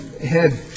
ahead